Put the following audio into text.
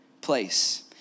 place